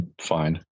fine